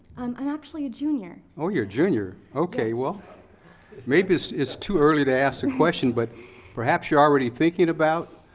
i'm actually a junior. oh, you're a junior. okay, well maybe it's it's too early to ask the question, but perhaps you're already thinking about